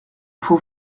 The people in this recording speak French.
faut